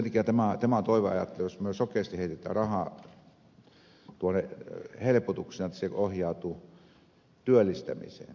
sen takia tämä on toiveajattelua että jos me sokeasti heitämme rahaa tuonne helpotuksena se ohjautuu työllistämiseen